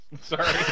Sorry